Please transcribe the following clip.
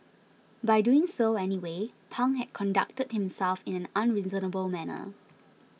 by doing so anyway Pang had conducted himself in an unreasonable manner